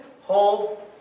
hold